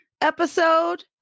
episode